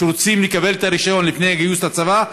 שרוצים לקבל רישיון לפני הגיוס לצבא,